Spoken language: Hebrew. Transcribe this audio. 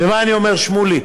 ומה אני אומר, שמולי?